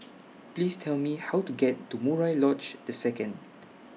Please Tell Me How to get to Murai Lodge The Second